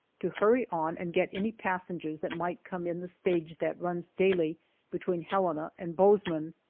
to hurry on and get any passengers that might come in the stage that runs daily between helena and bozeman.